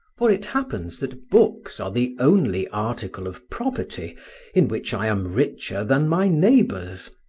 for it happens that books are the only article of property in which i am richer than my neighbours.